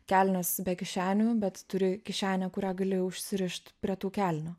kelnės be kišenių bet turi kišenę kurią gali užsirišt prie tų kelnių